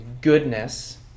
goodness